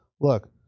look